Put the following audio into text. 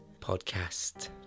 Podcast